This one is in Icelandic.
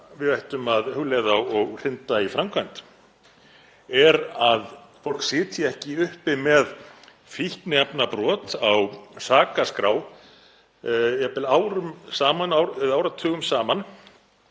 við ættum að hugleiða og hrinda í framkvæmd er að fólk sitji ekki uppi með fíkniefnabrot á sakaskrá jafnvel árum eða áratugum saman